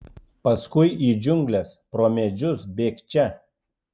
paskui į džiungles pro medžius bėgčia